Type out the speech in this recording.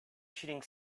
shooting